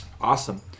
Awesome